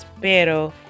Pero